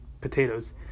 potatoes